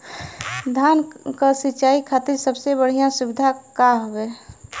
धान क सिंचाई खातिर सबसे बढ़ियां सुविधा का हवे?